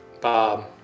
Bob